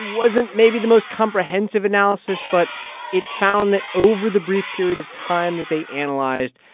wasn't maybe the most comprehensive analysis, but it found that, over the brief period of time that they analyzed,